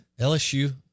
LSU